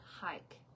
hike